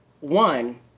One